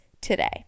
today